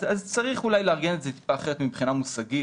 צריך אולי לארגן את זה אחרת מבחינה מושגית